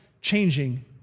changing